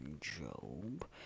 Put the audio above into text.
Job